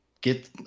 get